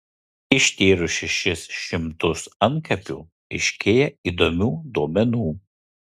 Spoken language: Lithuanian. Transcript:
ištyrus šešis šimtus antkapių aiškėja įdomių duomenų